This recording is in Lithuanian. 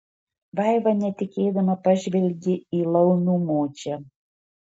vaiva netikėdama pažvelgė į laumių močią